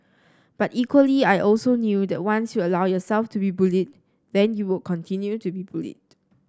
but equally I also knew that once you allow yourself to be bullied then you will continue to be bullied